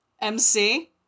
MC